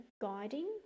guiding